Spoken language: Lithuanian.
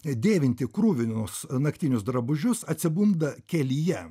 dėvinti kruvinus naktinius drabužius atsibunda kelyje